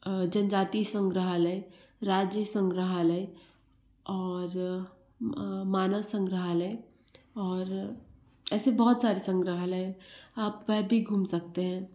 जनजाति संग्रहालय राज्य संग्रहालय और मानव संग्रहालय और ऐसे बहुत सारे संग्रहालय आप वह भी घूम सकते हैं